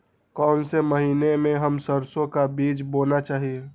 कौन से महीने में हम सरसो का बीज बोना चाहिए?